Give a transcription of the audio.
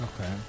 Okay